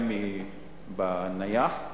גם בנייח,